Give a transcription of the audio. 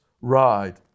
ride